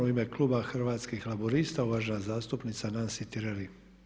U ime kluba Hrvatskih laburista uvažena zastupnica Nansi Tireli.